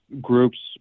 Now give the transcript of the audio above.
groups